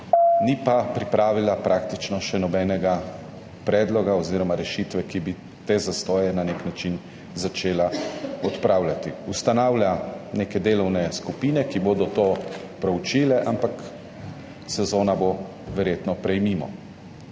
Ni pa pripravila praktično še nobenega predloga oziroma rešitev, ki bi te zastoje na nek način začele odpravljati. Ustanavlja neke delovne skupine, ki bodo to proučile, ampak sezona bo verjetno prej mimo.